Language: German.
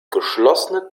geschlossene